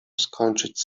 skończyć